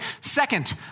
Second